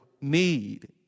need